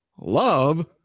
Love